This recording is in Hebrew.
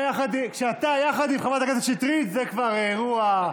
וכשאתה יחד עם חברת הכנסת שטרית, זה כבר אירוע.